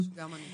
גם אני.